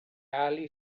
ali